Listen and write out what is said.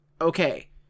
okay